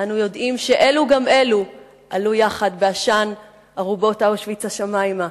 אנו יודעים שאלו גם אלו עלו יחד בעשן ארובות אושוויץ השמימה,